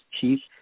Chief